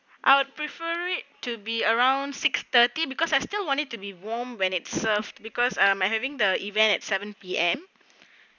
I would prefer it to be around six thirty because I still want it to be warm when it is served because I'm having the event at seven P_M